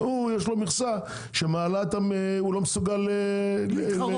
והוא יש לו מכסה שהוא לא מסוגל להתחרות.